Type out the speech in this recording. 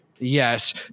Yes